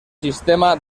sistema